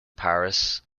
paris